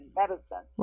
medicine